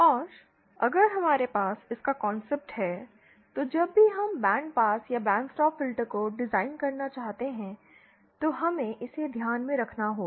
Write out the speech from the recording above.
और अगर हमारे पास इसका कांसेप्ट है तो जब भी हम बैंड पास या बैंड स्टॉप फिल्टर को डिज़ाइन करना चाहते हैं तो हमें इसे ध्यान में रखना होगा